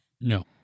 No